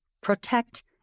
protect